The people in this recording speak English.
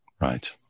Right